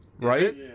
right